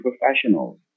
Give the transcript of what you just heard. professionals